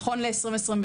נכון ל-2022,